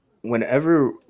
whenever